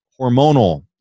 hormonal